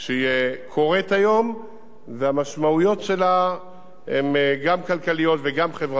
היום והמשמעויות שלה הן גם כלכליות וגם חברתיות,